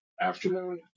afternoon